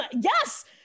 yes